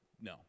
no